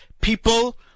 People